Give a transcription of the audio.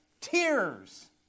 tears